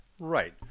Right